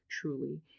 truly